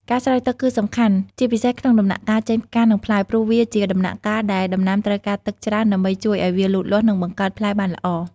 ការស្រោចទឹកគឺសំខាន់ជាពិសេសក្នុងដំណាក់កាលចេញផ្កា និងផ្លែ ព្រោះវាជាដំណាក់កាលដែលដំណាំត្រូវការទឹកច្រើនដើម្បីជួយឲ្យវាលូតលាស់ និងបង្កើតផ្លែបានល្អ។